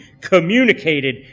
communicated